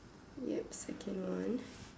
yup second one